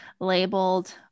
labeled